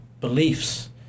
beliefs